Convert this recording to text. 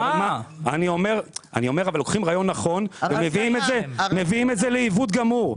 אני אומר שלוקחים רעיון נכון ומביאים את זה לעיוות גמור.